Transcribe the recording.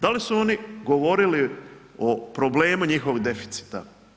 Da li su oni govorili o problemu njihovog deficita.